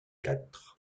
quatre